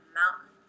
mountain